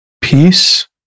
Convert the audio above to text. peace